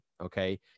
Okay